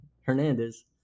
Hernandez